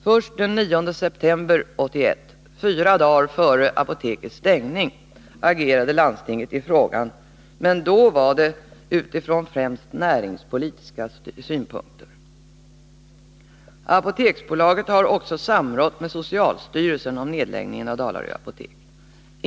Först den 9 september 1981, fyra dagar före apotekets stängning, agerade landstinget i frågan, men det var utifrån främst näringspolitiska synpunkter. é Apoteksbolaget har också samrått med socialstyrelsen om nedläggningen av Dalarö apotek.